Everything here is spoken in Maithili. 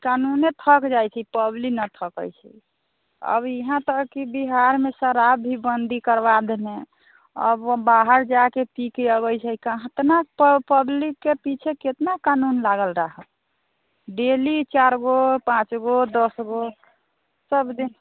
कानूने थकि जाइ छी पब्लिक नहि थकै छी अब यहाँ तक कि बिहारमे शराब भी बन्दी करबा देने अब बाहर जाकऽ पीके आबै छै कहाँ कतना पब्लिकके पीछे कतना कानून लागल रहऽ डेली चार गो पाँच गो दस गो सबदिन